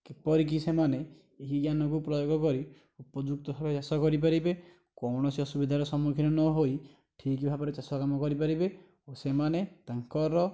କିପରିକି ସେମାନେ ଏହି ଜ୍ଞାନକୁ ପ୍ରୟୋଗ କରି ଉପଯୁକ୍ତ ଭାବରେ ଚାଷ କରି ପାରିବେ କୌଣସି ଅସୁବିଧାର ସମ୍ମୁଖୀନ ନହୋଇ ଠିକ ଭାବରେ ଚାଷ କାମ କରିପାରିବେ ଓ ସେମାନେ ତାଙ୍କର